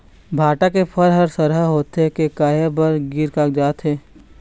भांटा के फर हर सरहा होथे के काहे बर गिर कागजात हे?